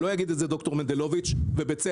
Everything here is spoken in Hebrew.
לא יגיד את זה ד"ר מנדלוביץ, ובצדק: